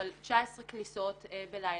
אבל 19 כניסות בלילה,